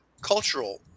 cultural